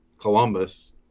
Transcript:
Columbus